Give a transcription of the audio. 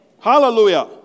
Hallelujah